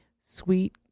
sweet